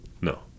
no